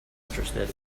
interested